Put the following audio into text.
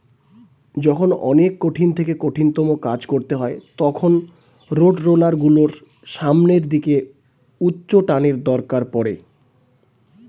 যখন অনেক কঠিন থেকে কঠিনতম কাজ করতে হয় তখন রোডরোলার গুলোর সামনের দিকে উচ্চটানের দরকার পড়ে